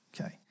Okay